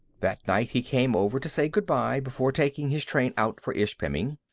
that night he came over to say good-bye before taking his train out for ishpeming.